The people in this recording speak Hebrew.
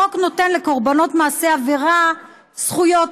החוק נותן לקורבנות מעשי עבירה זכויות,